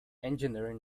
engineering